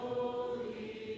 Holy